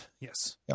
yes